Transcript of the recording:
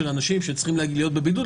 של אנשים שצריכים להיות בבידוד,